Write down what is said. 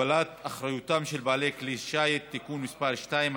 (הגבלת אחריותם של בעלי כלי שיט) (תיקון מס' 2),